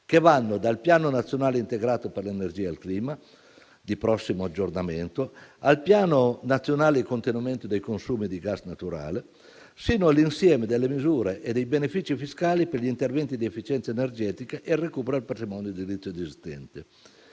che vanno dal Piano nazionale integrato per l'energia e il clima, di prossimo aggiornamento, al Piano nazionale di contenimento dei consumi di gas naturale, sino all'insieme delle misure e dei benefici fiscali per gli interventi di efficienza energetica e recupero del patrimonio edilizio esistente.